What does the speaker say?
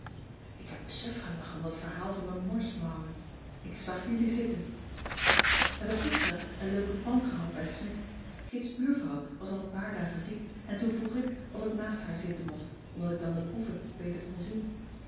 ik heb me suf gelachen om dat verhaal van de morsmouwen ik zag jullie zitten wij hebben gisteren een leuke pan gehad bij smidt kits buurvrouw was al een paar dagen ziek en toen vroeg ik of ik naast haar zitten mocht omdat ik dan de proeven beter kon zien